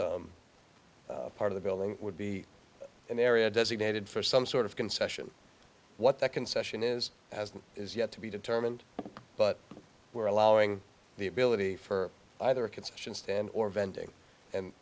part of the building would be an area designated for some sort of concession what that concession is as is yet to be determined but we're allowing the ability for either a concession stand or venting